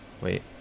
Wait